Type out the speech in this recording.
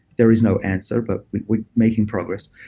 there is no answer but we're making progress.